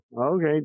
okay